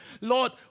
Lord